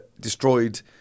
destroyed